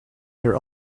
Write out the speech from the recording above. their